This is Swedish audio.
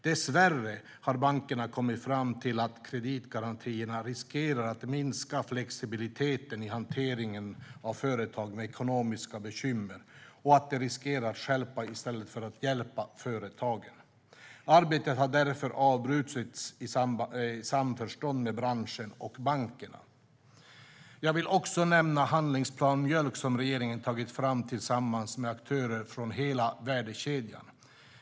Dessvärre har bankerna kommit fram till att kreditgarantier riskerar att minska flexibiliteten i hanteringen av företag med ekonomiska bekymmer och att de riskerar att stjälpa i stället för att hjälpa företagen. Arbetet har därför avbrutits i samförstånd med branschen och bankerna. Jag vill också nämna Handlingsplan mjölk, som regeringen tagit fram tillsammans med aktörer från hela värdekedjan.